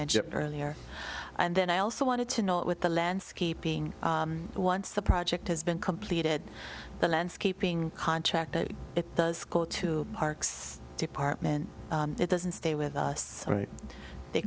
mentioned earlier and then i also wanted to know with the landscaping once the project has been completed the landscaping contractor it does go to parks department it doesn't stay with us right they